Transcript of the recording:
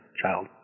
child